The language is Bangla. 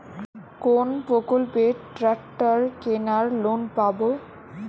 কোন প্রকল্পে ট্রাকটার কেনার লোন পাব?